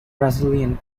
brazilian